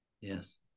Yes